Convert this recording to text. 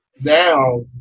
now